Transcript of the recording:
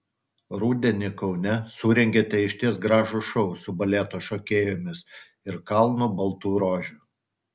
rudenį kaune surengėte išties gražų šou su baleto šokėjomis ir kalnu baltų rožių